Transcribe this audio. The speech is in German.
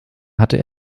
hatte